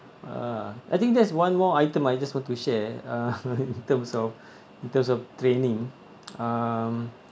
uh I think just one more item I just want to share uh in terms of in terms of training um